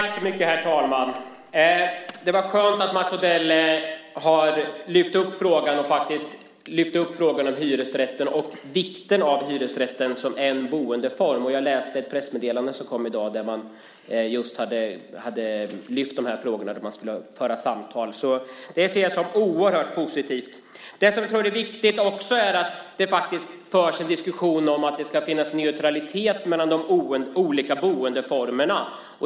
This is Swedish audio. Herr talman! Det var skönt att höra att Mats Odell lyfter upp frågan om hyresrätten och vikten av hyresrätten som boendeform. Jag läste ett pressmeddelande som kom i dag där man just lyfter upp dessa frågor och för samtal kring dem. Det ser jag som oerhört positivt. Då är det viktigt att också föra en diskussion om att det ska finnas neutralitet mellan de olika boendeformerna.